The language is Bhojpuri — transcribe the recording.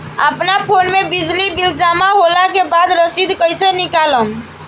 अपना फोन मे बिजली बिल जमा होला के बाद रसीद कैसे निकालम?